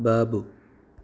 Babu